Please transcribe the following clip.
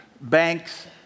banks